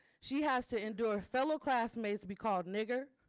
she has to endure fellow classmates to be called nigger.